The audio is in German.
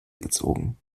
gezogen